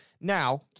Now